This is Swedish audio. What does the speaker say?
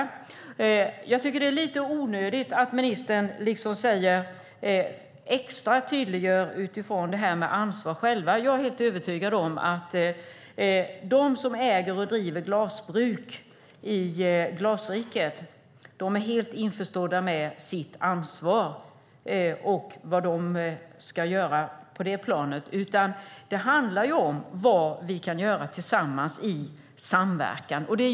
Jag tycker att det är onödigt att ministern betonar företagens ansvar. Jag är övertygad om att de som äger och driver glasbruk i Glasriket är helt införstådda med sitt ansvar och vad de ska göra. Det handlar i stället om vad vi kan göra tillsammans i samverkan.